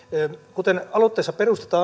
kuten aloitteessa